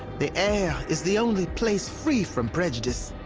the air is the only place free from prejudice.